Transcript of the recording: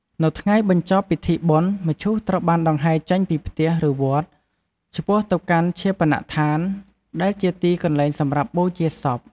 នៅថ្ងៃបញ្ចប់ពិធីបុណ្យ មឈូសត្រូវបានដង្ហែចេញពីផ្ទះ ឬវត្ត ឆ្ពោះទៅកាន់ឈាបនដ្ឋាន ដែលជាទីកន្លែងសម្រាប់បូជាសព។